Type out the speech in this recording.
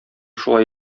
шулай